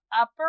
Upper